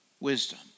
wisdom